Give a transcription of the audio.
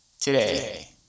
Today